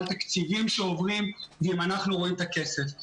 על תקציבים שעוברים והאם אנחנו רואים את הכסף.